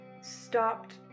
stopped